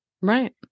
right